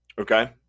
Okay